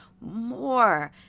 more